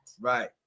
Right